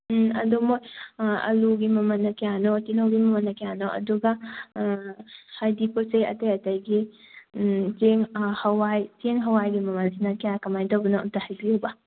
ꯎꯝ ꯑꯗꯨ ꯃꯣꯏ ꯑꯂꯨꯒꯤ ꯃꯃꯜꯅ ꯀꯌꯥꯅꯣ ꯇꯤꯜꯍꯧꯒꯤ ꯃꯃꯜꯅ ꯀꯌꯥꯅꯣ ꯑꯗꯨꯒ ꯍꯥꯏꯗꯤ ꯄꯣꯠꯆꯩ ꯑꯇꯩ ꯑꯇꯩꯒꯤ ꯆꯦꯡ ꯍꯋꯥꯏ ꯆꯦꯡ ꯍꯋꯥꯏꯒꯤ ꯃꯃꯜꯁꯤꯅ ꯀꯌꯥ ꯀꯃꯥꯏꯅ ꯇꯧꯕꯅꯣ ꯑꯃꯇ ꯍꯥꯏꯕꯤꯌꯨꯕ